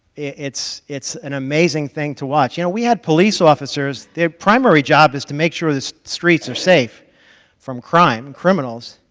it's it's an amazing thing to watch. you know we had police officers, their primary job is to make sure the streets are safe from crime, criminals,